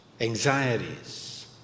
anxieties